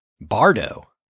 bardo